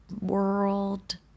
World